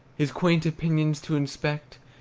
his quaint opinions to inspect,